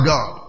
God